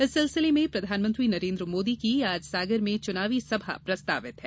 इस सिलसिले में प्रधानमंत्री नरेन्द्र मोदी की आज सागर में चुनावी सभा प्रस्तावित है